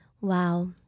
Wow